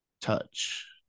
touch